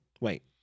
Wait